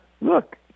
Look